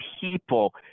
people